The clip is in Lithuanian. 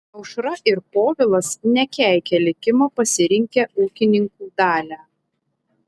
aušra ir povilas nekeikia likimo pasirinkę ūkininkų dalią